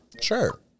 sure